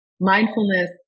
Mindfulness